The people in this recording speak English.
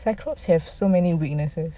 cyclops have so many weaknesses